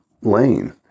lane